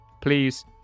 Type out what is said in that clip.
Please